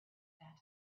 fatima